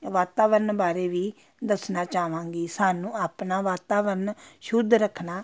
ਵਾਤਾਵਰਨ ਬਾਰੇ ਵੀ ਦੱਸਣਾ ਚਾਹਵਾਂਗੀ ਸਾਨੂੰ ਆਪਣਾ ਵਾਤਾਵਰਨ ਸ਼ੁੱਧ ਰੱਖਣਾ